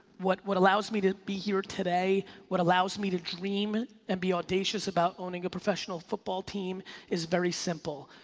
what what allows me to be here today, what allows me to dream and be audacious about owning a professional football team is very simple.